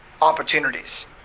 Opportunities